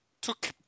took